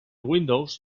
windows